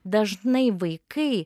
dažnai vaikai